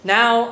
now